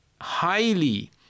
highly